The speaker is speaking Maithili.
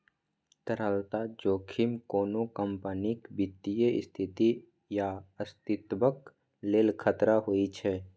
तरलता जोखिम कोनो कंपनीक वित्तीय स्थिति या अस्तित्वक लेल खतरा होइ छै